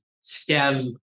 STEM